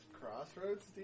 crossroads